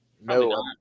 no